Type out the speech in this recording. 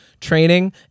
training